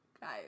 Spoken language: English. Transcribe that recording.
Guys